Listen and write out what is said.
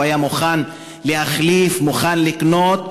הוא היה מוכן להחליף, מוכן לקנות,